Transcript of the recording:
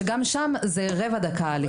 שגם שם מדובר ברבע שעה הליכה.